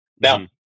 Now